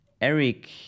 Eric